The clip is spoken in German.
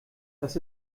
das